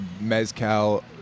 mezcal